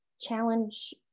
challenge